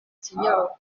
sinjoro